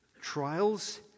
trials